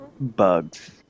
bugs